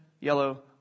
yellow